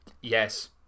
Yes